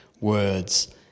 words